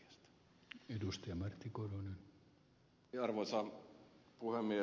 ensinnäkin ed